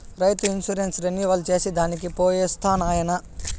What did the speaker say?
రైతు insurance renewal చేసి దానికి పోయొస్తా నాయనా